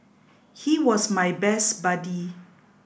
he was my best buddy